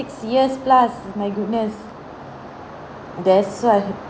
six years plus my goodness that's why